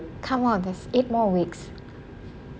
come on there's eight more weeks